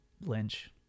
lynch